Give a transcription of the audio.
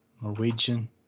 Norwegian